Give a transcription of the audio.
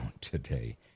today